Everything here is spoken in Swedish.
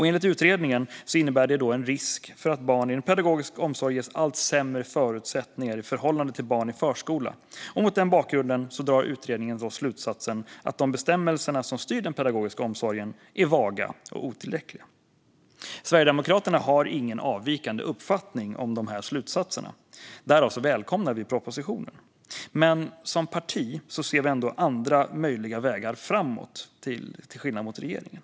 Enligt utredningen innebär det en risk för att barn i pedagogisk omsorg ges allt sämre förutsättningar i förhållande till barn i förskola. Mot den bakgrunden drar utredningen slutsatsen att de bestämmelser som styr den pedagogiska omsorgen är vaga och otillräckliga. Sverigedemokraterna har ingen avvikande uppfattning om de slutsatserna. Därför välkomnar vi propositionen. Men som parti ser vi andra möjliga vägar framåt, till skillnad mot regeringen.